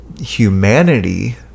humanity